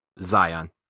Zion